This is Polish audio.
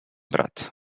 brat